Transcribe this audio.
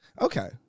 Okay